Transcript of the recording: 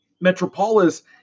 metropolis